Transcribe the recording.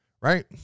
right